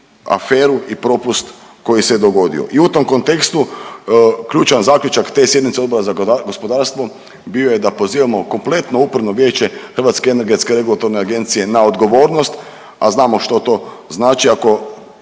aferu i propust koji se dogodio. I u tom kontekstu ključan zaključak te sjednice Odbora za gospodarstvo bio je da pozivamo kompletno upravno vijeće Hrvatske energetske regulatorne agencije na odgovornost, a znamo što to znači ako